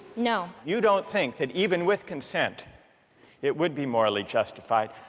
no you don't think that even with consent it would be morally justified.